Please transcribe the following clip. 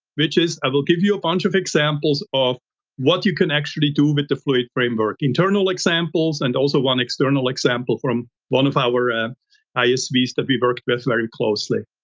which is i will give you a bunch of examples of what you can actually do with the fluid framework, internal examples and also, one external example from one of our isvs that we work with very closely.